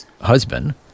husband